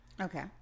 Okay